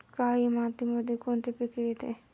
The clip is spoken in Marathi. काळी मातीमध्ये कोणते पिके येते?